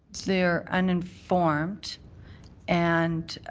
they're uninformed and